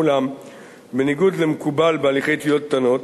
אולם בניגוד למקובל בהליכי תביעות קטנות,